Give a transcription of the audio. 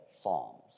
Psalms